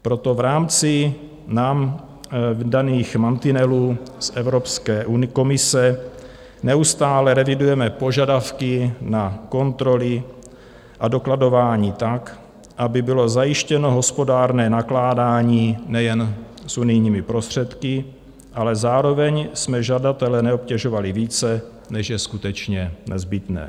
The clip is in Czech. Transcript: Proto v rámci nám daných mantinelů z Evropské komise neustále revidujeme požadavky na kontroly a dokladování tak, aby bylo zajištěno hospodárné nakládání nejen s unijními prostředky, ale zároveň jsme žadatele neobtěžovali více, než je skutečně nezbytné.